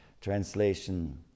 translation